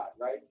right